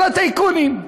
כל הטייקונים,